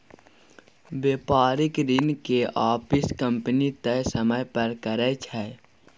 बेपारिक ऋण के आपिस कंपनी तय समय पर करै छै